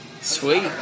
Sweet